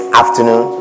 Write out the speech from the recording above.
afternoon